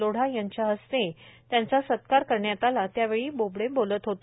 लोढा यांच्या हस्ते त्यांचा सत्कार करण्यात आला त्यावेळी बोबडे बोलत होते